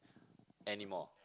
anymore